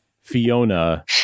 fiona